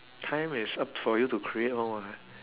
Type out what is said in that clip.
time is up for you to create [one] [what]